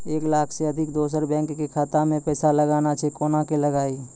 एक लाख से अधिक दोसर बैंक के खाता मे पैसा लगाना छै कोना के लगाए?